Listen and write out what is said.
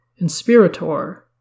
Inspirator